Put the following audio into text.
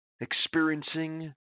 Experiencing